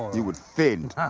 he will faint!